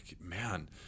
man